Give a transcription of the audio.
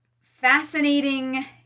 fascinating